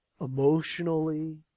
Emotionally